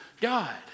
God